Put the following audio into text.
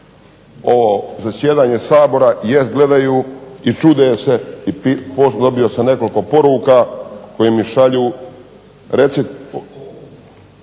ovo zasjedanje Sabora, jer gledaju i čude se i dobio sam nekoliko poruka koje mi šalju. Reci